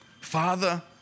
Father